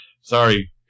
Sorry